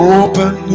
open